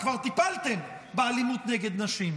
כי כבר טיפלתם באלימות נגד נשים.